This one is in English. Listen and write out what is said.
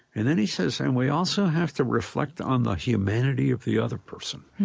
and then he says, and we also have to reflect on the humanity of the other person.